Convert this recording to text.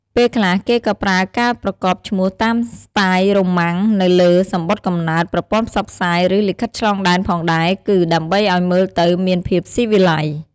ពេលខ្លះ គេក៏ប្រើការប្រកបឈ្មោះតាមស្ទាយរ៉ូមុាំងនៅលើសំបុត្រកំណើត ប្រព័ន្ធផ្សព្វផ្សាយ ឬ លិខិតឆ្លងដែនផងដែរ គឺ ដើម្បីឱ្យមើលទៅមានភាពសុីវីល័យ។